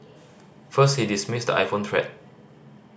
first he dismissed the iPhone threat